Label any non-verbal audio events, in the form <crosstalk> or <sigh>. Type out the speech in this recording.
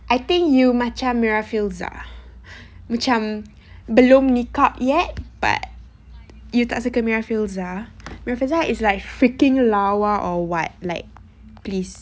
I think you macam mira filzah <breath> macam belum niqab yet but you tak suka filzah mira filzah is like freaking lawa or what like please